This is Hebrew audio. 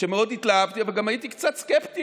שמאוד התלהבתי, אבל גם הייתי קצת סקפטי.